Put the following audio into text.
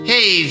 Hey